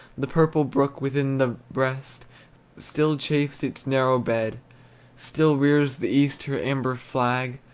the purple brook within the breast still chafes its narrow bed still rears the east her amber flag,